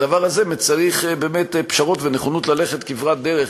הדבר הזה מצריך פשרות ונכונות ללכת כברת דרך,